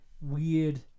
weird